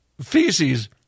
feces